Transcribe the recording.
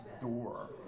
door